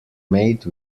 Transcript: made